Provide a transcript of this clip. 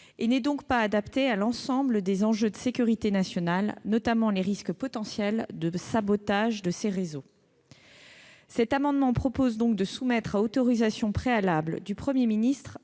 de l'importance de l'ensemble des enjeux actuels de sécurité nationale, notamment les risques potentiels de sabotage des réseaux. Cet amendement tend donc à soumettre à autorisation préalable du Premier ministre